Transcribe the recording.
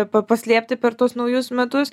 pa paslėpti per tuos naujus metus